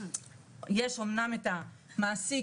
יש את המעסיק,